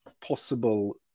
possible